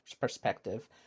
perspective